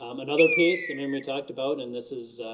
um another piece, i mean we talked about, and this is